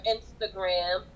Instagram